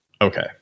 Okay